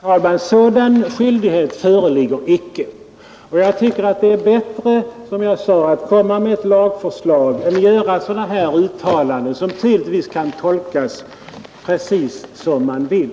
Herr talman! Sådan skyldighet föreligger icke! Och jag tycker att det är bättre — som jag redan sagt — att komma med ett lagförslag än att göra sådana uttalanden som tydligtvis kan tolkas precis som man vill.